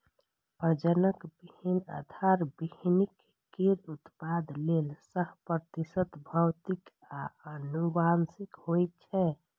प्रजनक बीहनि आधार बीहनि केर उत्पादन लेल सय प्रतिशत भौतिक आ आनुवंशिक होइ छै